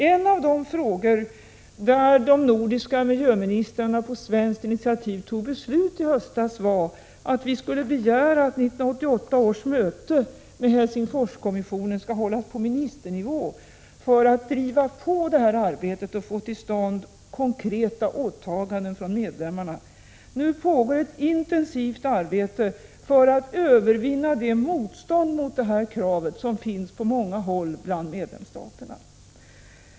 En av de frågor där de nordiska miljöministrarna på svenskt initiativ fattade beslut i höstas var att vi skulle begära att 1988 års möte inom Helsingforskonventionen skall hållas på ministernivå för att driva på arbetet och få till stånd konkreta åtaganden från medlemmarna. Nu pågår ett intensivt arbete för att övervinna det motstånd mot detta krav som finns på många håll bland medlemsstaterna.